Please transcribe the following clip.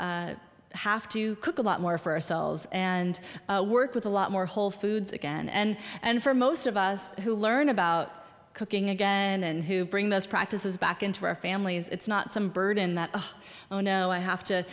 to have to cook a lot more for ourselves and work with a lot more whole foods again and and for most of us who learn about cooking again and who bring those practices back into our families it's not some burden that oh no i have to